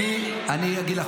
אני אגיד לך,